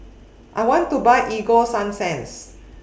I want to Buy Ego Sunsense